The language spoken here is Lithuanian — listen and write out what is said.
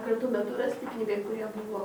kratų metu rasti pinigai kurie buvo